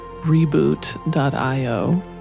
Reboot.io